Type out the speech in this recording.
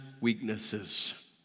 weaknesses